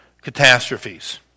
catastrophes